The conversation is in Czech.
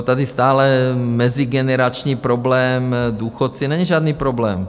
Tady stále mezigenerační problém, důchodci není žádný problém.